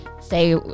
say